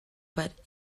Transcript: but